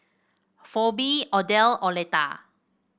Pheobe Odell and Oleta